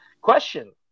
Question